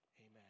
amen